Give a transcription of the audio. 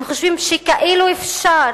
הם חושבים שכאילו אפשר